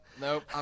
Nope